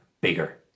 bigger